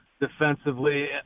defensively